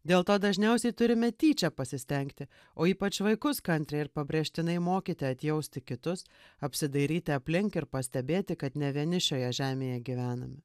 dėl to dažniausiai turime tyčia pasistengti o ypač vaikus kantriai ir pabrėžtinai mokyti atjausti kitus apsidairyti aplink ir pastebėti kad ne vieni šioje žemėje gyvename